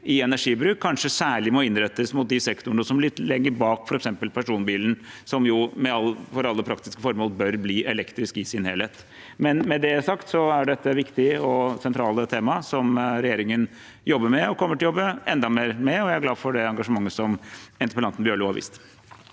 i energibruk kanskje særlig må innrettes mot de sektorene som ligger bak, f.eks. personbilen, som jo for alle praktiske formål bør bli elektrisk i sin helhet. Med det sagt så er dette viktige og sentrale tema som regjeringen jobber med, og kommer til å jobbe enda mer med. Jeg er glad for det engasjementet interpellanten Bjørlo har vist.